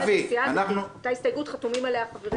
אבי ------ על חשבון הסיעה --- על ההסתייגות חתומים חברים.